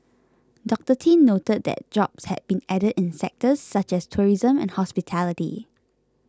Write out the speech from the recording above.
Doctor Tin noted that jobs had been added in sectors such as tourism and hospitality